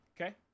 Okay